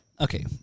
okay